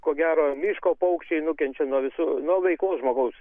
ko gero miško paukščiai nukenčia nuo visų nuo veiklos žmogaus